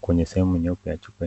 Kwenye sehemu nyeupe ya chupa